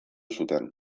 zuten